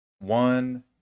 one